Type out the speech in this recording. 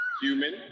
human